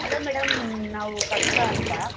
hello madam ನಾವು ಕವಿತಾ ಅಂತ